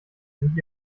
sind